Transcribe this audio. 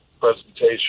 presentation